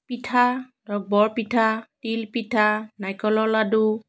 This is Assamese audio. পিঠা ধৰক বৰপিঠা তিলপিঠা নাৰিকলৰ লাড়ু